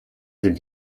sind